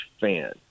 fan